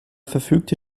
verfügte